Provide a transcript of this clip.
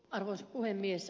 arvoisa puhemies